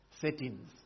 settings